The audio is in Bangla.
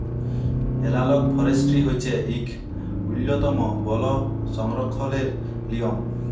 এলালগ ফরেসটিরি হছে ইক উল্ল্যতম বল সংরখ্খলের লিয়ম